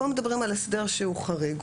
פה מדברים על הסדר שהוא חריג.